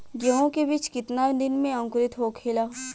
गेहूँ के बिज कितना दिन में अंकुरित होखेला?